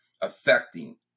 affecting